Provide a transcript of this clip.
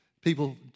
People